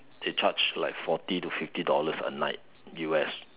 they charge like forty to fifty dollars a night U_S